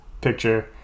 picture